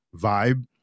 vibe